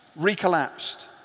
recollapsed